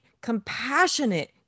compassionate